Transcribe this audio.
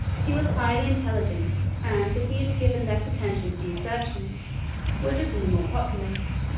he was highly intelligent, and if he had given less attention to usurpation, would have been more popular.